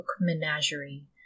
Menagerie